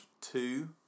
two